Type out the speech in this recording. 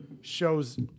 shows